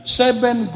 seven